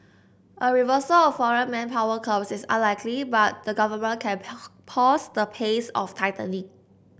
a reversal of foreign manpower curbs is unlikely but the government can pause the pace of tightening